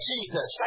Jesus